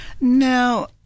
Now